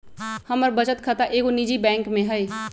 हमर बचत खता एगो निजी बैंक में हइ